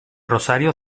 rosario